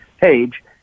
page